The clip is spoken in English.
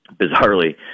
Bizarrely